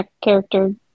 character